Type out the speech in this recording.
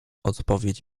odpowiedź